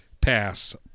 pass